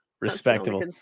respectable